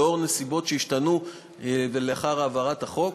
לנוכח הנסיבות שהשתנו לאחר העברת החוק,